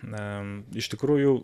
na iš tikrųjų